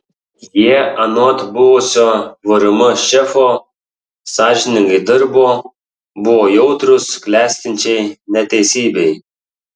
jie anot buvusio vrm šefo sąžiningai dirbo buvo jautrūs klestinčiai neteisybei